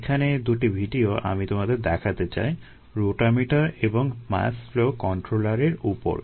এখানে দুটি ভিডিও আমি তোমাদের দেখাতে চাই - রোটামিটার এবং মাস ফ্লো কন্ট্রোলারের উপর